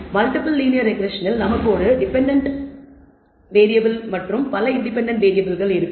multiple linear ரெக்ரெஸ்ஸனில் நமக்கு ஒரு டெபென்டென்ட் வேறியபிள் மற்றும் பல இன்டெபென்டென்ட் வேறியபிள்கள் இருக்கும்